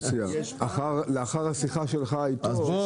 כך, אפשר